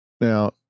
Now